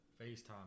Facetime